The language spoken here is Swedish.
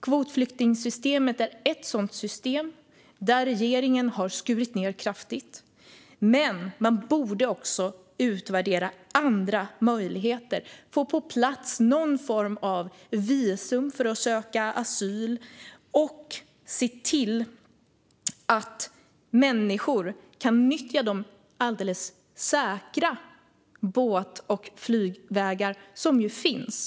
Kvotflyktingsystemet är ett sådant system, där regeringen har skurit ned kraftigt. Men man borde också utvärdera andra möjligheter - få på plats någon form av visum för att söka asyl och se till att människor kan nyttja de säkra båt och flygvägar som ju finns.